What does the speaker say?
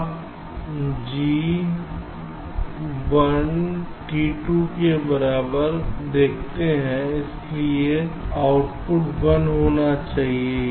आप g 1 t 2 के बराबर देखते हैं इसलिए आउटपुट 1 माना जाता है